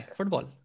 football